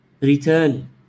return